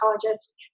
psychologist